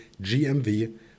GMV